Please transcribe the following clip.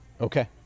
Okay